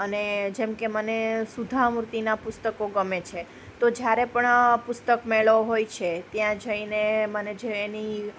અને જેમ કે મને સુધા મૂર્તિના પુસ્તકો ગમે છે તો જ્યારે પણ પુસ્તક મેળો હોય છે ત્યાં જઈને મને જે એની